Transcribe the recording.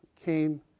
came